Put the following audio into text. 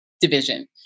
division